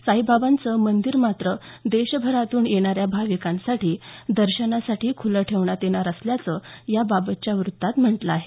साईबाबांचं मंदिर मात्र देशभरातून येणाऱ्या भाविकांना दर्शनासाठी ख्रलं ठेवण्यात येणार असल्याचं याबाबतच्या व्रत्तात म्हटलं आहे